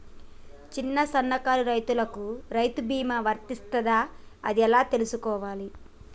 చిన్న సన్నకారు రైతులకు రైతు బీమా వర్తిస్తదా అది ఎలా తెలుసుకోవాలి?